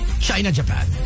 China-Japan